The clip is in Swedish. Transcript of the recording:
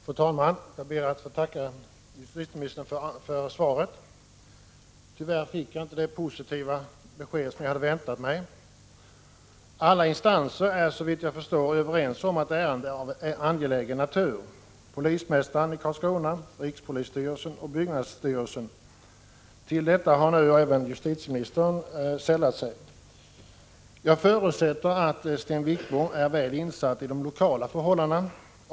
Fru talman! Jag ber att få tacka justitieministern för svaret. Tyvärr fick jag inte det positiva besked som jag hade väntat mig. Alla instanser är såvitt jag förstår överens om att detta ärende är av angelägen natur: polismästaren i Karlskrona, rikspolisstyrelsen och byggnadsstyrelsen. Till dessa har nu även justitieministern sällat sig. Jag förutsätter att Sten Wickbom är väl insatt i de lokala förhållandena.